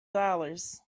dollars